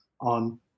on